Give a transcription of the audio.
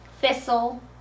thistle